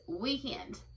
weekend